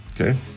Okay